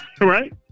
right